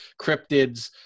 cryptids